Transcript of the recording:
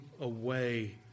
away